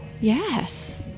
Yes